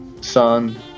sun